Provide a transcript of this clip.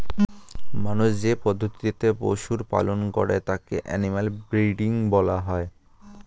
মানুষ যে পদ্ধতিতে পশুর লালন পালন করে তাকে অ্যানিমাল ব্রীডিং বলা হয়